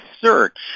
search